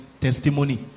testimony